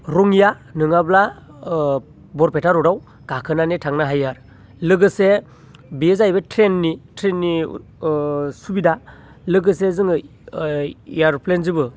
रङिया नङाब्ला बरपेटा रडआव गाखोनानै थांनो हायो आरो लोगोसे बेयो जाहैबाय ट्रेननि ट्रेननि सुबिदा लोगोसे जोङो ऐर'प्लेनजोंबो